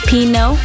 Pino